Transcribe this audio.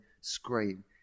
scream